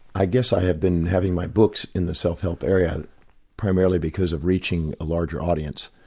i guess i have been having my books in the self-help area primarily because of reaching a larger audience,